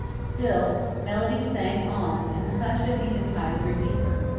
still melody sang on and the hush of eventide grew deeper,